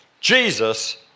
Jesus